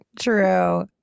true